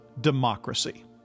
democracy